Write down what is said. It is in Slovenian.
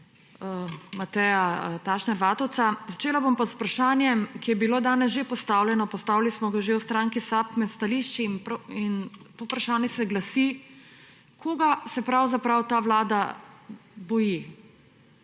Mateja Tašner Vatovca. Začela bom pa z vprašanjem, ki je bilo danes že postavljeno, postavili smo ga že v stranki SAB med stališči. In to vprašanje se glasi, koga se pravzaprav ta Vlada boji.